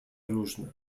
różne